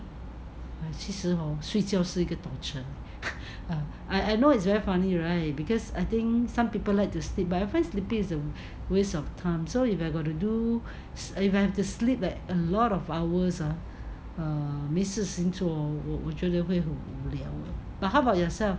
其实 hor 睡觉是一个 torture um I I know it's very funny right because I think some people like to sleep but I find sleeping as a waste of time so if I got to do if I have to sleep like a lot of hours ah err 没事情做我觉得会很搜狐 but how about yourself